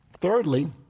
Thirdly